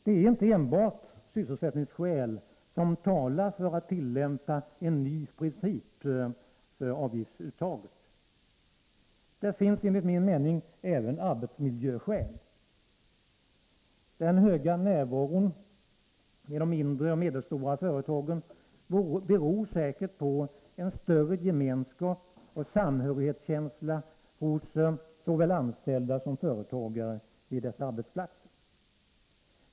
Det är inte enbart sysselsättningsskäl som talar för att tillämpa en ny princip för avgiftsuttaget. Det finns enligt min mening även arbetsmiljöskäl. Den höga närvaron vid de mindre och medelstora företagen beror säkert på en större gemenskap och samhörighetskänsla hos såväl anställda som företagare vid dessa arbetsplatser.